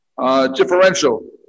Differential